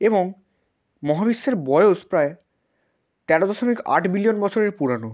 এবং মহাবিশ্বের বয়স প্রায় তেরো দশমিক আট বিলিয়ন বছরের পুরানো